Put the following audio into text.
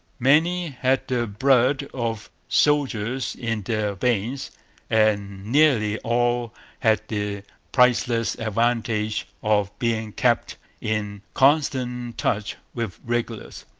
many had the blood of soldiers in their veins and nearly all had the priceless advantage of being kept in constant touch with regulars.